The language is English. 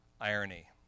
irony